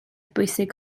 bwysig